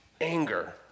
anger